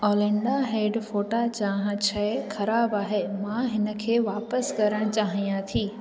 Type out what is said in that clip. Olinda हैड फोटा चांहि शइ ख़राब आहे मां हिन खे वापसि करण चाहियां थी